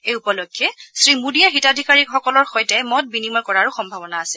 এই উপলক্ষে শ্ৰীমোদীয়ে হিতাধিকাৰীসকলৰ সৈতে মত বিনিময় কৰাৰো সম্ভাৱনা আছে